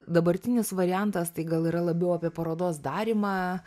dabartinis variantas tai gal yra labiau apie parodos darymą